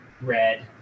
red